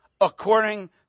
According